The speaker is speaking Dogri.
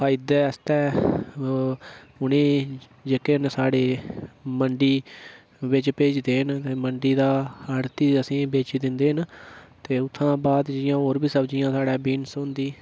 फायदा आस्तै उ'नेईं जेह्के न साढ़े मंडी बिच भेजदे न मंडी दा आढ़ती असेंईं बेची दिंदे न ते उत्थां बाद जि'यां होर बी सब्ज़ियां साढ़े बीन्स होंदी